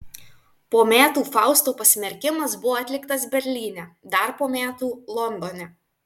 po metų fausto pasmerkimas buvo atliktas berlyne dar po metų londone